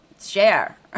share